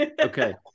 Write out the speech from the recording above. Okay